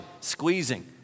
squeezing